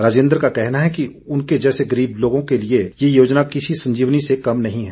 राजेन्द्र का कहना है कि उनके जैसे गरीब लोगों के लिए ये योजना किसी संजीवनी से कम नहीं है